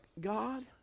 God